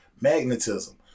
magnetism